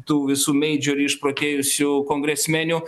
tų visų meidžerių išprotėjusių kongresmenių